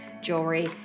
jewelry